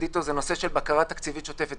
איתו הוא הנושא של בקרה תקציבית שוטפת.